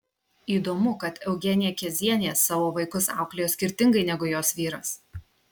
įdomu kad eugenija kezienė savo vaikus auklėjo skirtingai negu jos vyras